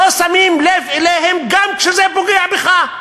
לא שמים לב אליהם גם כשזה פוגע בך.